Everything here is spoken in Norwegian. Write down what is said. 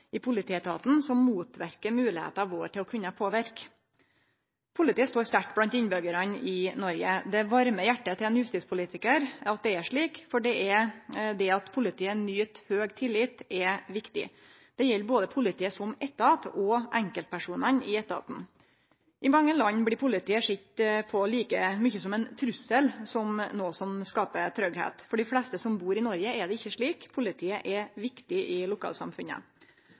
i politietaten som motverkar moglegheita vår til å kunne påverke. Politiet står sterkt blant innbyggjarane i Noreg. Det varmar hjartet til ein justispolitikar at det er slik, for det at politiet nyt høg tillit, er viktig. Dette gjeld både politiet som etat og enkeltpersonane i etaten. I mange land blir politiet sett på like mykje som ein trussel som noko som skaper tryggleik. For dei fleste som bor i Noreg, er det ikkje slik. Politiet er viktig i